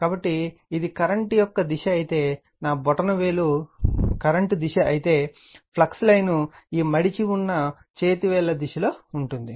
కాబట్టి ఇది కరెంట్ యొక్క దిశ అయితే నా బొటనవేలు కరెంట్ దిశ అయితే ఫ్లక్స్ లైన్ ఈ మడిచి ఉన్న చేతి వేళ్ళ దిశ లో ఉంటుంది